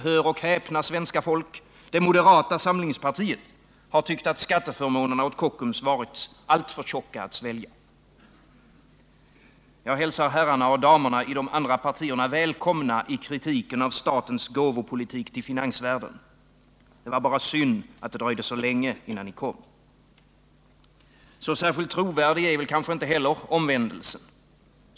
— hör och häpna, svenska folk — det moderata samlingspartiet har tyckt att skatteförmånerna åt Kockums varit alltför tjocka att svälja. Jag hälsar herrarna och damerna i de andra partierna välkomna i kritiken av statens gåvopolitik till finansvärlden. Det var bara synd att det dröjde så länge innan ni kom. Och så särskilt trovärdig är inte heller omvändelsen.